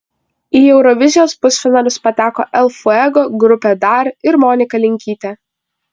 į eurovizijos pusfinalius pateko el fuego grupė dar ir monika linkytė